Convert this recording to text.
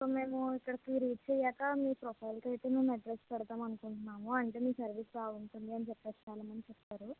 ఇప్పుడు మేము ఇక్కడికి రీచ్ అయ్యాక మీ ప్రొఫైల్కి అయితే మేము అడ్రస్ పెడదాము అనుకుంటున్నాము అంటే మీ సర్వీస్ బాగుంటుంది అని చెప్పి చాలా మంది చెప్పారు